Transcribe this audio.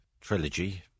trilogy